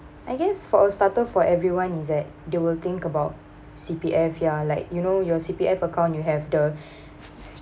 I guess for a starter for everyone is that they will think about C_P_F ya you know your C_P_F account you have the